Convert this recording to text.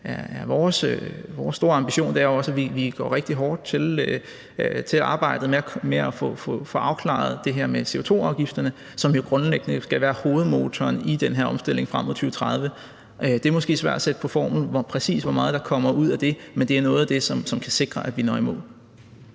vores store ambition også er, at vi går rigtig hårdt til arbejdet med at få afklaret det her med CO2-afgifterne, som jo grundlæggende skal være hovedmotoren i den her omstilling frem mod 2030. Det er måske svært at sætte på formel, præcis hvor meget der kommer ud af det, men det er noget af det, som kan sikre, at vi når i mål.